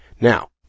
Now